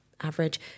average